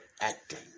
acting